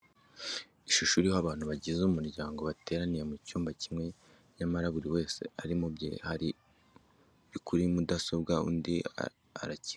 Ishusho iriho abantu bagize umuryango bateraniye mu cyumba kimwe nyamara buri wese ari mu bye, hari uri kuri mudasobwa, undi arakina imikino, undi afite igitabo ari gusoma, hari n'uwibereye kuri telefoni. Mu gihe abagize umuryango bari hamwe baba bagomba kwirinda ibibarangaza bakaganira.